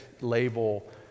label